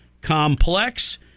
complex